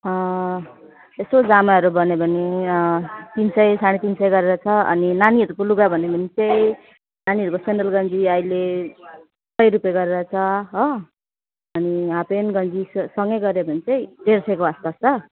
यसो जामाहरू भन्यो भने तिन सय साढे तिन सय गरेर छ अनि नानीहरको लुगा भन्यो भने चाहिँ नानीहरूको सेन्डो गन्जी अहिले सय रुपियाँ गरेर छ हो अनि हाफ्पेन्ट गन्जी सँगै गर्यो भने चाहिँ डेढ सयको आसपास छ